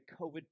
COVID